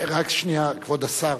רק שנייה, כבוד השר.